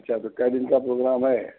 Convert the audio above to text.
अच्छा तो कै दिन का प्रोग्राम है